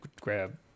grab